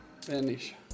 Finish